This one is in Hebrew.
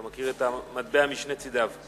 ואתה מכיר את המטבע משני צדיו.